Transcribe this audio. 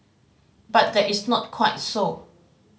but that is not quite so